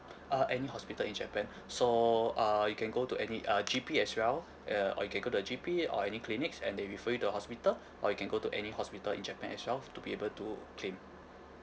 uh any hospital in japan so uh you can go to any uh G_P as well uh or you can go to G_P or any clinics and they refer to a hospital or you can go to any hospital in japan as well to be able to claim